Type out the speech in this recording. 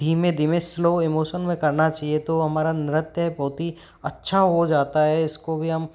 धीमे धीमे slow emotion में करना चाहिए तो हमारा नृत्य बहुत ही अच्छा हो जाता है इसको भी हम